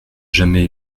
jamais